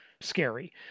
scary